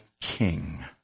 king